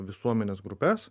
visuomenės grupes